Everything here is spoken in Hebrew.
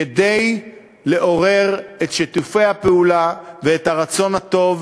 כדי לעורר את שיתופי הפעולה ואת הרצון הטוב